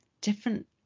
different